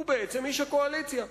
הוא בעצם איש הקואליציה.